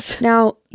Now